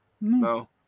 No